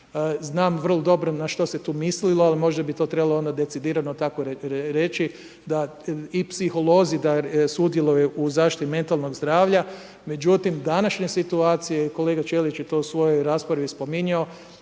Znam vrlo dobro na što se je tu mislilo, možda bi to trebalo onda decidirano tako onda reći da i psiholozi da sudjeluju u zaštiti metalnog zdravlja, međutim, današnja situacija, i kolega Ćelić je to u svojoj raspravi spominjao,